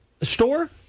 store